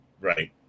Right